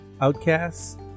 Outcasts